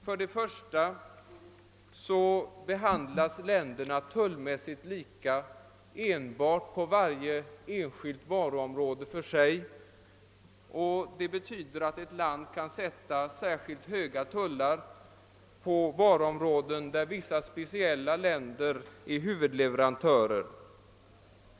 För det första behandlas länderna tullmässigt lika enbart på varje enskilt varuområde för sig. Det betyder att ett land kan sätta särskilt höga tullar på varuområder, där vissa speciella länder är huvudleverantörer.